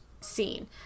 scene